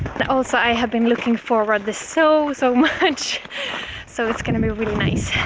also. i have been looking forward this so, so much so it's gonna be really nice